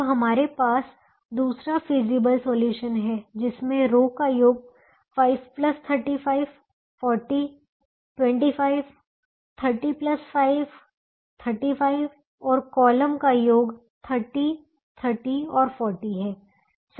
अब हमारे पास दूसरा फीजिबल सॉल्यूशन है जिसमें रो का योग 535 40 25 305 35 और कॉलम का योग 30 30 और 40 है